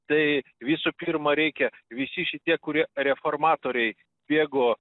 tai visų pirma reikia visi šitie kurie reformatoriai bėgo